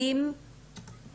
כי